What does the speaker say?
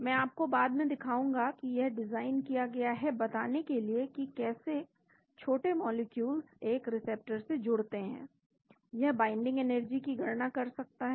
मैं आपको बाद में दिखाऊंगा कि यह डिज़ाइन किया गया है बताने के लिए कि कैसे छोटे मॉलिक्यूल्स एक रिसेप्टर से जुड़ते हैं यह बाइंडिंग एनर्जी की गणना कर सकता है